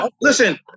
Listen